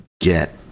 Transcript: get